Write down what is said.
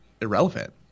irrelevant